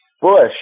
Bush